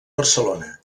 barcelona